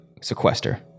Sequester